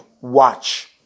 watch